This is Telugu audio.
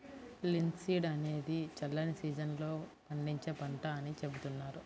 లిన్సీడ్ అనేది చల్లని సీజన్ లో పండించే పంట అని చెబుతున్నారు